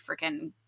freaking